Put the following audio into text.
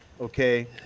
okay